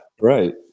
right